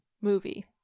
movie